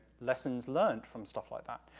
lessons learned from stuff like that.